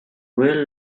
well